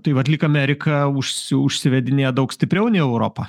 tai vat lyg amerika užsi užsivedinėja daug stipriau nei europa